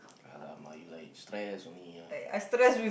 yeah lah my life stress only ah